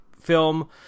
film